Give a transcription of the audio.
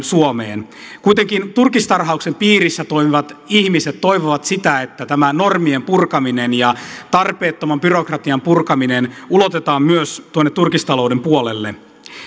suomeen kuitenkin turkistarhauksen piirissä toimivat ihmiset toivovat sitä että tämä normien purkaminen ja tarpeettoman byrokratian purkaminen ulotetaan myös tuonne turkistalouden puolelle